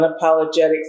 unapologetic